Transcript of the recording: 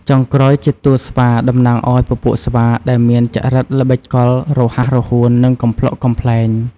ចុងក្រោយជា តួស្វា តំណាងឲ្យពពួកស្វា ដែលមានចរិតល្បិចកល រហ័សរហួន និងកំប្លុកកំប្លែង។